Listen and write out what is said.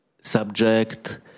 subject